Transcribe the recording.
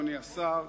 אדוני השר,